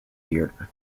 theatre